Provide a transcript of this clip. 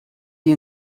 die